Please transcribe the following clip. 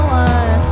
one